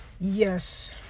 Yes